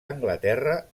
anglaterra